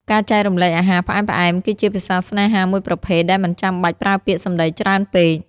ការចែករំលែកអាហារផ្អែមៗគឺជាភាសាស្នេហាមួយប្រភេទដែលមិនចាំបាច់ប្រើពាក្យសម្តីច្រើនពេក។